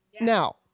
Now